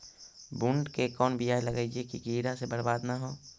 बुंट के कौन बियाह लगइयै कि कीड़ा से बरबाद न हो?